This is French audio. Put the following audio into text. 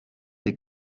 les